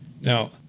now